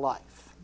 life